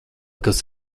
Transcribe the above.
kas